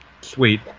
sweet